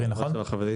כן.